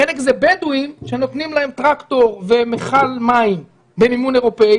חלק זה בדואים שנותנים להם טרקטור ומיכל מים במימון אירופי